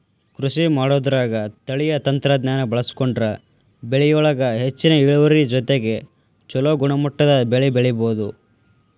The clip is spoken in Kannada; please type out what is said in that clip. ಕೃಷಿಮಾಡೋದ್ರಾಗ ತಳೇಯ ತಂತ್ರಜ್ಞಾನ ಬಳಸ್ಕೊಂಡ್ರ ಬೆಳಿಯೊಳಗ ಹೆಚ್ಚಿನ ಇಳುವರಿ ಜೊತೆಗೆ ಚೊಲೋ ಗುಣಮಟ್ಟದ ಬೆಳಿ ಬೆಳಿಬೊದು